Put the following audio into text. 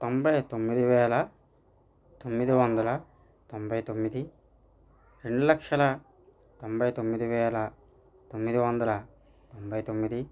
తొంభై తొమ్మిది వేల తొమ్మిది వందల తొంభై తొమ్మిది రెండు లక్షల తొంభై తొమ్మిది వేల తొమ్మిది వందల తొంభై తొమ్మిది